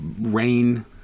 rain